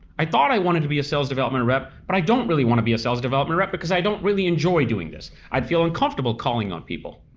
i thought i wanted to be a sales development rep, but i don't really wanna be a sales development rep because i don't really enjoy doing this. i feel uncomfortable calling on people.